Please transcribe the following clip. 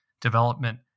development